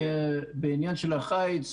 בעניין של החיץ.